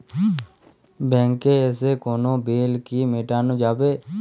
ব্যাংকে এসে কোনো বিল কি মেটানো যাবে?